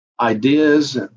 ideas